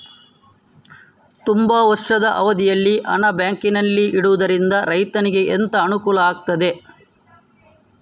ತುಂಬಾ ವರ್ಷದ ಅವಧಿಯಲ್ಲಿ ಹಣ ಬ್ಯಾಂಕಿನಲ್ಲಿ ಇಡುವುದರಿಂದ ರೈತನಿಗೆ ಎಂತ ಅನುಕೂಲ ಆಗ್ತದೆ?